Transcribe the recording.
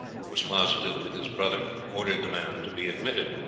who was closeted with his brother, ordered the man to be admitted.